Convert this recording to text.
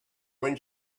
when